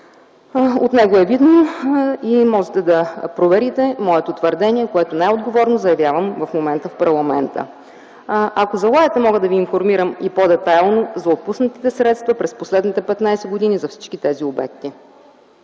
От него е видно и можете да проверите моето твърдение, което най-отговорно заявявам в момента в парламента. Ако желаете, мога да Ви информирам и по-детайлно за отпуснатите средства през последните петнадесет години за всички тези обекти.